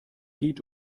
geht